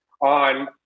on